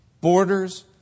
Borders